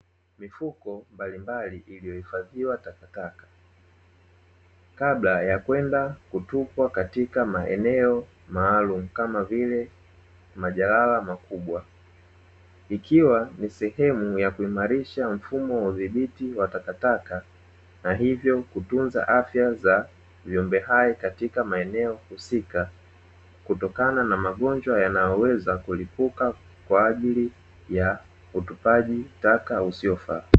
Mifuko mbalimbali iliyohifadhiwa takataka, kabla ya kwenda kutupwa katika maeneo maalumu; kama vile majalala makubwa, ikiwa ni sehemu ya kuimarisha mfumo wa udhibiti wa takataka na hivyo kutunza afya za viumbe hai katika maeneo husika; kutokana na magonjwa yanayoweza kulipuka kwa ajili ya utupaji taka usiofaa.